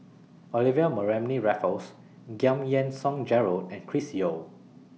Olivia Mariamne Raffles Giam Yean Song Gerald and Chris Yeo